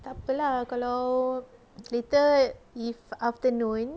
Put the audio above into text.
takpe lah kalau later if afternoon